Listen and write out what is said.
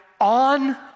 on